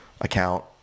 account